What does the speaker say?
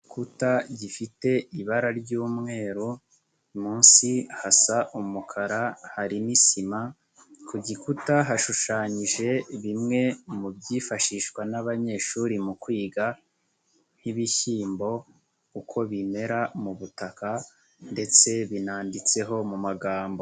Urukuta gifite ibara ry'umweru munsi hasa umukara hari n'isima ku gikuta hashushanyije bimwe mu byifashishwa n'abanyeshuri mu kwiga nk'bishyimbo uko bimera mu butaka ndetse binanditseho mu magambo.